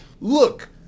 Look